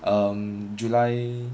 um july